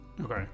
okay